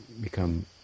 become